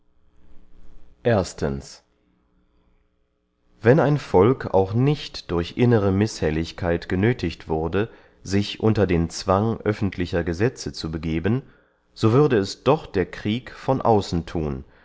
wenn ein volk auch nicht durch innere mishelligkeit genöthigt würde sich unter den zwang öffentlicher gesetze zu begeben so würde es doch der krieg von außen thun